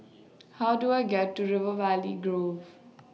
How Do I get to River Valley Grove